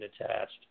attached